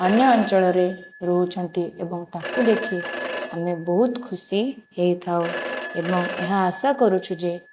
ଅନ୍ୟ ଅଞ୍ଚଳରେ ରହୁଛନ୍ତି ଏବଂ ତାକୁ ଦେଖି ଆମେ ବହୁତ ଖୁସି ହୋଇଥାଉ ଏବଂ ଏହା ଆଶା କରୁଛୁ ଯେ